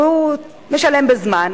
והוא משלם בזמן,